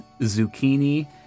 zucchini